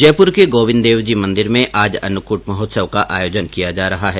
जयपुर के गोविन्द देवजी मन्दिर में आज अन्नकूट महोत्सव का आयोजन किया जा रहा है